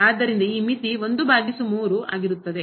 ಆದ್ದರಿಂದ ಈ ಮಿತಿ 1 ಭಾಗಿಸು 3 ಆಗಿರುತ್ತದೆ